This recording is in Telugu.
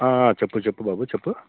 చెప్పు చెప్పు బాబు చెప్పు